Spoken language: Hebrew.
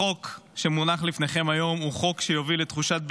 החוק שמונח לפניכם היום הוא חוק שיוביל לתחושת ביטחון,